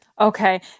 Okay